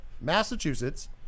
Massachusetts